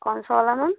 कौन सा वाला मैम